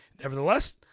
Nevertheless